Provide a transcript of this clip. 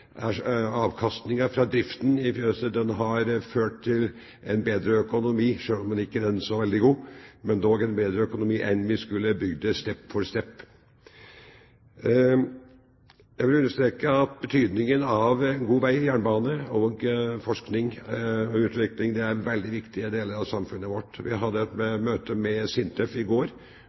ikke er så veldig god, er den dog bedre enn om vi skulle ha bygd det «step by step». Jeg vil understreke at en god vei, jernbane, forskning og utvikling er veldig viktige deler av samfunnet. Vi hadde et møte med SINTEF i går